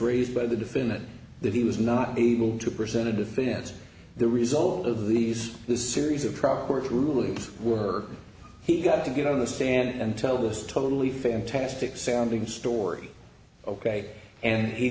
raised by the defendant that he was not able to present a defense of the result of these the series of truck court rulings work he got to get on the stand and tell this totally fantastic sounding story ok and he